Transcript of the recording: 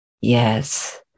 Yes